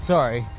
Sorry